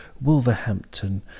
Wolverhampton